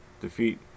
defeat